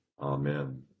Amen